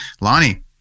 Lonnie